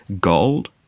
gold